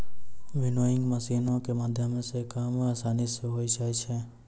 winnowing मशीनो के माध्यमो से काम असानी से होय जाय छै